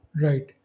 Right